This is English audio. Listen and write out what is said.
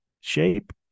shape